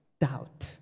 doubt